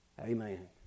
Amen